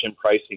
pricing